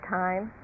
time